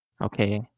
okay